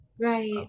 right